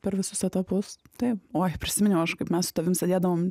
per visus etapus taip oi prisiminiau aš kaip mes su tavim sėdėdavom